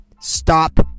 Stop